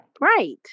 Right